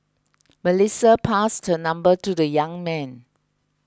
Melissa passed her number to the young man